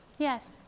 Yes